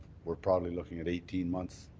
we're probably looking at eighteen months,